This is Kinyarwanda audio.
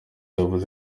yavuze